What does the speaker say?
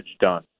done